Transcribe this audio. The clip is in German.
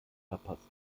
verpasst